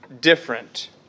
different